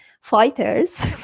fighters